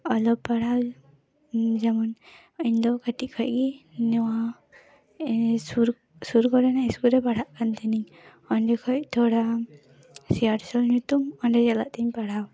ᱚᱞᱚᱜ ᱯᱟᱲᱦᱟᱣ ᱡᱮᱢᱚᱱ ᱤᱧ ᱫᱚ ᱠᱟᱹᱴᱤᱡ ᱠᱷᱚᱱ ᱜᱮ ᱱᱚᱣᱟ ᱥᱩᱨ ᱥᱩᱨ ᱠᱚᱨᱮᱱᱟᱜ ᱤᱥᱠᱩᱞ ᱨᱮ ᱯᱟᱲᱦᱟᱜ ᱠᱟᱱ ᱛᱟᱦᱮᱱᱤᱧ ᱚᱸᱰᱮᱠᱷᱚᱱ ᱛᱷᱚᱲᱟ ᱥᱮᱭᱟᱨᱥᱚᱞ ᱧᱩᱛᱩᱢ ᱚᱸᱰᱮ ᱪᱟᱞᱟᱜ ᱛᱟᱦᱮᱧ ᱯᱟᱲᱦᱟᱣ